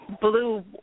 blue